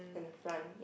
and the front ya